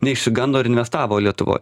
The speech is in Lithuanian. neišsigando ir investavo lietuvoj